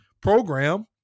program